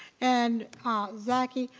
and zaki,